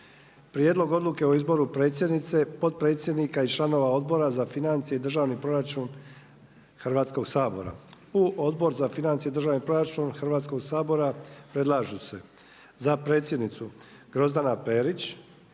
Prijedlog odluke o izboru predsjednice, potpredsjednika i članova Odbora za financije i državni proračun Hrvatskoga sabora. U Odbor za financije i državni proračun Hrvatskoga sabora predlažu se za predsjednicu Grozdana Perić,